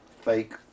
fake